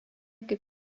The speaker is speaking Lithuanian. kaip